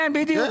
כן, בדיוק.